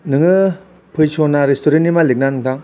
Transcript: नोङो फै स'ना रेस्ट'रेन्टनि मालिक ना नोंथां